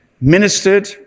ministered